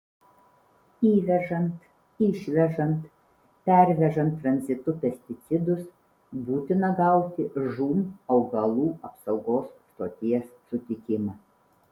įvežant išvežant pervežant tranzitu pesticidus būtina gauti žūm augalų apsaugos stoties sutikimą